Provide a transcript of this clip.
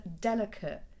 delicate